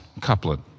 couplet